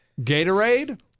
Gatorade